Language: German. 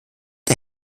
der